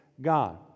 God